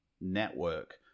network